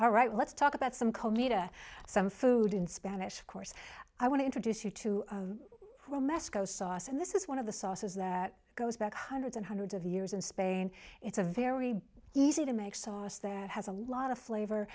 all right let's talk about some kmita some food in spanish course i want to introduce you to from mesko sauce and this is one of the sauces that goes back hundreds and hundreds of years in spain it's a very easy to make sauce that has a lot of flavor